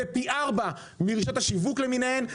זה פי ארבע מרשתות השיווק למיניהן,